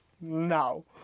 No